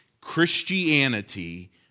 Christianity